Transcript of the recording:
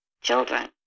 children